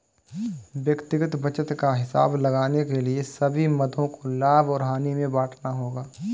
व्यक्तिगत बचत का हिसाब लगाने के लिए सभी मदों को लाभ और हानि में बांटना होगा